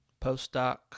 postdoc